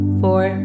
four